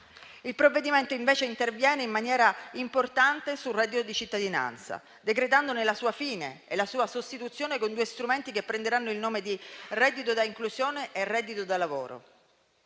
Il provvedimento invece interviene in maniera importante sul reddito di cittadinanza, decretando la sua fine e la sua sostituzione con due strumenti che prenderanno il nome di reddito da inclusione e reddito da lavoro.